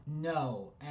no